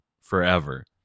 forever